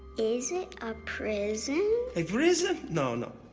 is it a prison? a prison? no, no.